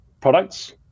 products